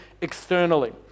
externally